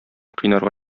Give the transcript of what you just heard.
кыйнарга